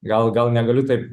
gal gal negaliu taip